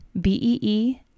B-E-E